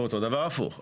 ואותו דבר הפוך,